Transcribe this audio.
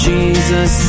Jesus